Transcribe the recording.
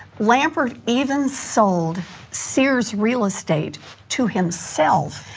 lampert even sold sears real estate to himself,